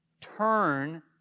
Turn